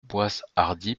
boishardy